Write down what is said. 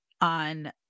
on